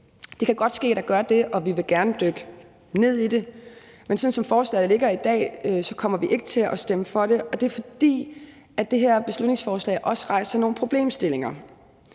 Det kan godt ske, at der gør det, og vi vil gerne dykke ned i det. Men sådan som forslaget ligger i dag, kommer vi ikke til at stemme for det, og det er, fordi det her beslutningsforslag også rejser nogle problemstillinger.